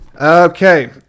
Okay